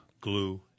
glue